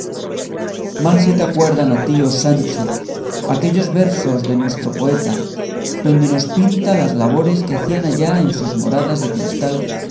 mal se te acuerdan a ti oh sancho aquellos versos de nuestro poeta donde nos pinta las labores que hacían allá en sus moradas de cristal